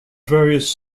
various